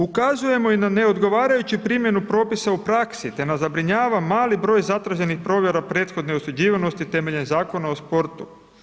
Ukazujemo i na neodgovarajuću primjenu propisa u praksi te nas zabrinjava mali broj zatraženih provjera prethodne osuđivanosti temeljem Zakona o sportu.